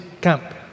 camp